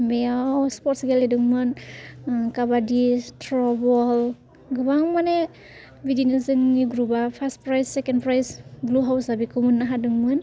बेयाव आं स्पर्टस गेलेदोंमोन काबाडि थ्र' बल गोबां मानि बेदिनो जोंनि ग्रुपआ first prize second prize blue हावसआ बेखौ मोनोनो हादोंमोन